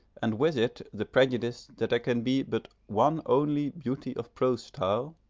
and with it the prejudice that there can be but one only beauty of prose style,